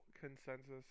consensus